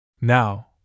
Now